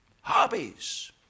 hobbies